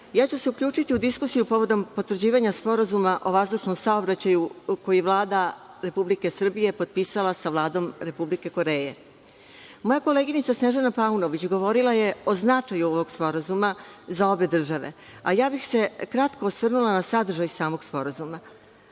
ja ću se uključiti u diskusiju povodom potvrđivanja Sporazuma o vazdušnom saobraćaju koji je Vlada Republike Srbije potpisala sa Vladom Republike Koreje. Moja koleginica Snežana Paunović govorila je o značaju ovog sporazuma za obe države, a ja bih se kratko osvrnula na sadržaj samog sporazuma.